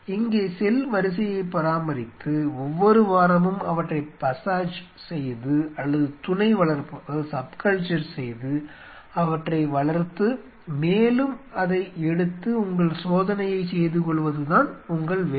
இங்கே செல் வரிசையைப் பராமரித்து ஒவ்வொரு வாரமும் அவற்றை பசாஜ் செய்து அல்லது துணை வளர்ப்பு செய்து அவற்றை வளர்த்து மேலும் அதை எடுத்து உங்கள் சோதனையைச் செய்துகொள்வதுதான் உங்கள் வேலை